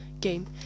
game